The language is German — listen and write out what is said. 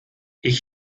ich